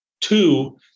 Two